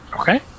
Okay